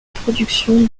production